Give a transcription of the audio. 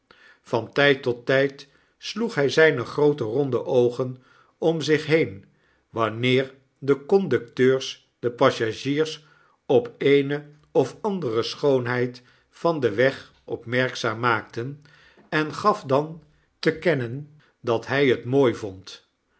van tyd tot tyd sloeg hy zjjne groote ronde oogen om zich heen wanneer de conducteurs de passagiers op de eene of andere schoonheid van den weg opmerkzaam maakten en gaf dan te kennen dat hij het mooi vond